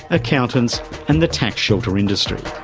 accountants and the tax shelter industry.